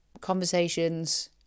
conversations